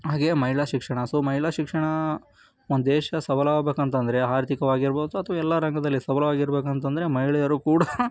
ಹಾಗೆಯೇ ಮಹಿಳಾ ಶಿಕ್ಷಣ ಸೊ ಮಹಿಳಾ ಶಿಕ್ಷಣ ಒಂದು ದೇಶ ಸಬಲ ಆಗಬೇಕಂತಂದ್ರೆ ಆರ್ಥಿಕವಾಗಿ ಇರ್ಬೋದು ಅಥ್ವಾ ಎಲ್ಲ ರಂಗದಲ್ಲಿ ಸಬಲವಾಗಿರ್ಬೇಕಂತ ಅಂದ್ರೆ ಮಹಿಳೆಯರು ಕೂಡ